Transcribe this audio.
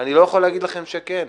אני לא יכול להגיד לכם שכן.